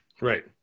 right